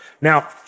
Now